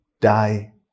die